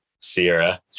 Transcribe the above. Sierra